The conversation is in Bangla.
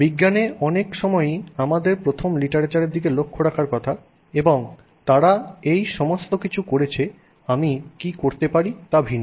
বিজ্ঞানে অনেক সময়ই আমাদের প্রথম লিটারেচার এর দিকে লক্ষ্য রাখার কথা এবং তারা এই সমস্ত কিছু করেছে আমি কী করতে পারি তা ভিন্ন